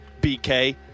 bk